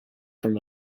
from